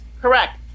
Correct